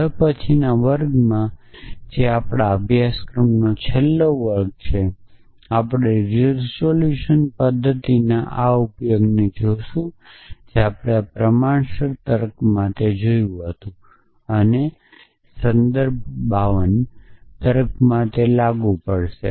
તેથી હવે પછીના વર્ગમાં જે આપણા અભ્યાસક્રમનો છેલ્લો વર્ગ છે આપણે રીઝોલ્યુશન પદ્ધતિના આ ઉપયોગને જોશું જે આપણે પ્રમાણસર તર્ક માટે જોયું છે અને તર્કમાં લાગુ પડશે